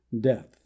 Death